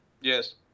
Yes